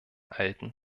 alten